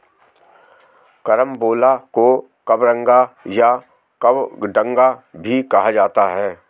carambola को कबरंगा या कबडंगा भी कहा जाता है